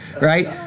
right